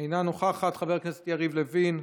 אינה נוכחת, חבר הכנסת יריב לוין,